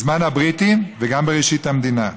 בזמן הבריטים וגם בראשית המדינה.